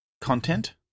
content